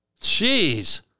Jeez